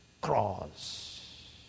cross